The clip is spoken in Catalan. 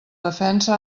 defensa